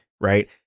right